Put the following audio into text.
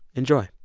enjoy